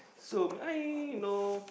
so may I know